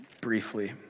briefly